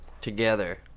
together